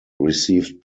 received